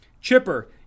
Chipper